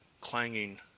Clanging